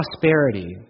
prosperity